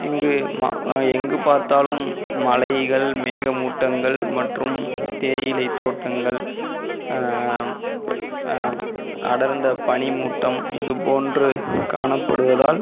இங்கு மா அ எங்கு பார்த்தாலும் மலைகள் மேக மூட்டங்கள் மற்றும் தேயிலை தோட்டங்கள் அடர்ந்த பனி மூட்டம் இது போன்று காணப்படுவதால்